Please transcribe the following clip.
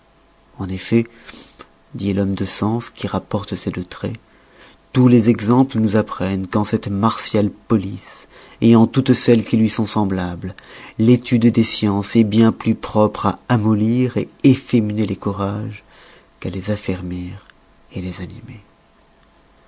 en effet dit l'homme de sens qui rapporte ces deux traits tous les exemples nous apprennent qu'en cette martiale police en toutes celle qui lui sont semblables l'étude des sciences est bien plus propre à amollir efféminer les courages qu'à les affermir les animer